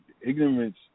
ignorance